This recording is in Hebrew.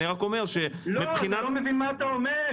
אני רק אומר ש- -- אתה לא מבין מה אתה אומר.